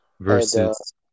versus